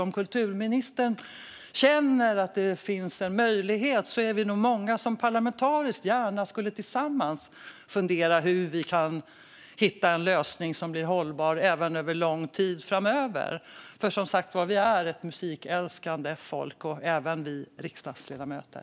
Om kulturministern känner att det finns en möjlighet är vi nog många som gärna skulle vilja fundera tillsammans parlamentariskt på hur vi kan hitta en lösning som blir hållbar även över lång tid framöver. Vi är som sagt ett musikälskande folk - även vi riksdagsledamöter.